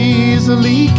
easily